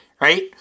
right